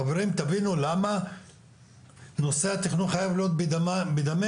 חברים, תבינו למה נושא התכנון חייב להיות בדמנו.